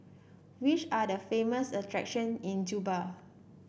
which are the famous attraction in Juba